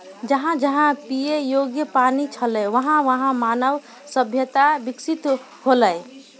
जहां जहां पियै योग्य पानी छलै वहां वहां मानव सभ्यता बिकसित हौलै